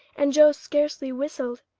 and joe scarcely whistled.